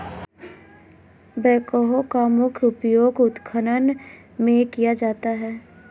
backhoe का मुख्य उपयोग उत्खनन में किया जाता है